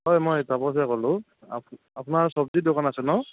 হয় মই তাপসে ক'লোঁ আপো আপোনাৰ চব্জিৰ দোকান আছে ন